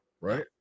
right